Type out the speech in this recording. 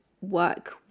work